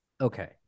okay